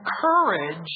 courage